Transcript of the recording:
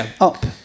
up